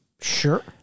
Sure